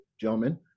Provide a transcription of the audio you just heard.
gentlemen